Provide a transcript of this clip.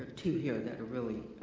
two here that are really,